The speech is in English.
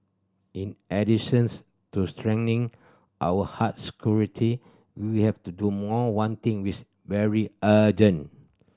in additions to strengthening our hard security we have to do more one thing which very urgent